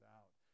out